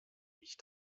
ich